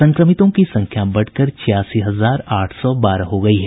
संक्रमितों की संख्या बढ़कर छियासी हजार आठ सौ बारह हो गयी है